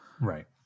Right